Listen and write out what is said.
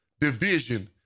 division